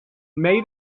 made